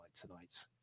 tonight